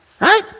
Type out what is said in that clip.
right